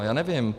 Já nevím.